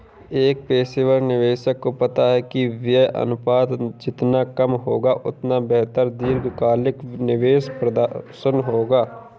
एक पेशेवर निवेशक को पता है कि व्यय अनुपात जितना कम होगा, उतना बेहतर दीर्घकालिक निवेश प्रदर्शन होगा